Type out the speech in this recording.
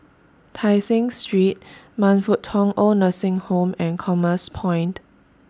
Tai Seng Street Man Fut Tong Oid Nursing Home and Commerce Point